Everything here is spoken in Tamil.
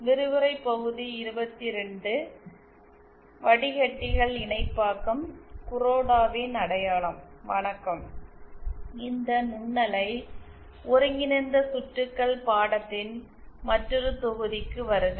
வணக்கம் இந்த நுண்ணலை ஒருங்கிணைந்த சுற்றுகள் பாடத்தின் மற்றொரு தொகுதிக்கு வருக